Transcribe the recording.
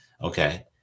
okay